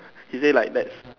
he say like that's